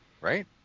right